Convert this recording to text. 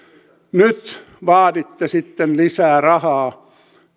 nyt vaaditte sitten lisää rahaa